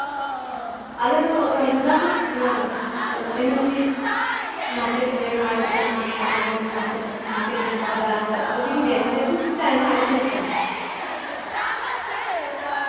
ᱟᱞᱮ ᱫᱚ ᱫᱩᱨᱜᱟᱯᱩᱨ ᱚᱱᱟ ᱮᱢ ᱮᱱ ᱥᱤ ᱢᱟᱨᱠᱮᱴ ᱚᱸᱰᱮᱱᱟᱜ ᱟᱲᱚᱛ ᱦᱮᱱᱟᱜᱼᱟ ᱯᱟᱱᱟᱜᱚᱲ ᱢᱟᱨᱠᱮᱴ ᱢᱮᱱᱟᱜ ᱟᱠᱟᱫᱟ ᱛᱟᱨᱯᱚᱨ ᱵᱤᱱᱩᱨᱤᱭᱟ ᱚᱸᱰᱮ ᱥᱩᱨ ᱥᱩᱨ ᱛᱮ ᱟᱭᱢᱟ ᱟᱲᱚᱛ ᱢᱮᱱᱟᱜ ᱟᱠᱟᱫᱟ